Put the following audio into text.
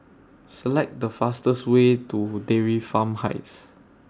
Select The fastest Way to Dairy Farm Heights